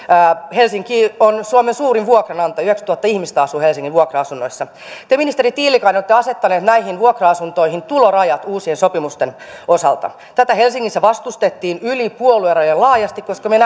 helsinki on suomen suurin vuokranantaja yhdeksänkymmentätuhatta ihmistä asuu helsingin vuokra asunnoissa te ministeri tiilikainen olette asettanut näihin vuokra asuntoihin tulorajat uusien sopimusten osalta tätä helsingissä vastustettiin yli puoluerajojen laajasti koska me